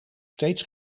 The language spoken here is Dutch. steeds